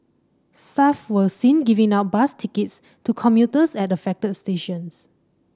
staff were seen giving out bus tickets to commuters at affected stations